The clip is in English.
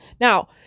Now